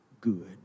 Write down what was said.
good